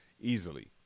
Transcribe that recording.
easily